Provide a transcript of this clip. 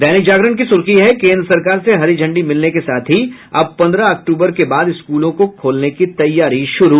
दैनिक जागरण की सुर्खी है केंद्र सरकार से हरी झंडी मिलने के साथ ही अब पंद्रह अक्टूबर के बाद स्कूलों को खोलने की तैयारी शुरू